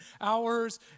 hours